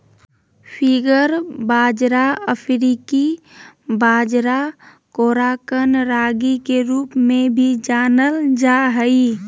finger बाजरा अफ्रीकी बाजरा कोराकन रागी के रूप में भी जानल जा हइ